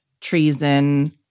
treason